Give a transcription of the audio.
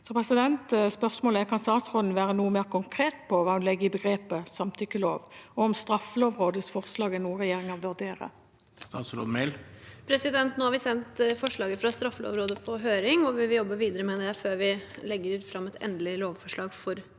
handling. Spørsmålet er: Kan statsråden være noe mer konkret på hva hun legger i begrepet samtykkelov, og om Straffelovrådets forslag er noe regjeringen vurderer? Statsråd Emilie Mehl Nå har vi sendt forslaget fra Straffelovrådet på høring, og vi vil jobbe videre med det før vi legger fram et endelig lovforslag for Stortinget.